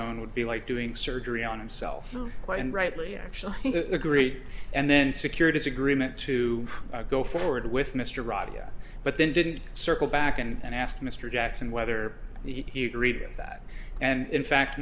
own would be like doing surgery on himself and rightly actually agree and then secure disagreement to go forward with mr ravi but then didn't circle back and ask mr jackson whether he agreed with that and in fact